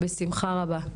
בשמחה רבה.